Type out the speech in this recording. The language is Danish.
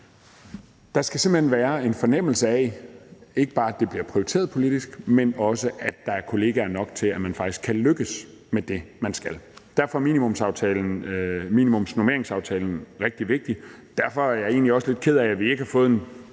Der skal simpelt hen være en fornemmelse af, at det ikke bare bliver prioriteret politisk, men at der også er kollegaer nok til, at man faktisk kan lykkes med det, man skal. Derfor er minimumsnormeringsaftalen rigtig vigtig, og derfor er jeg egentlig også lidt ked af, at vi ikke har fået en